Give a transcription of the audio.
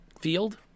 field